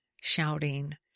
shouting